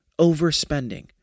overspending